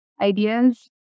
ideas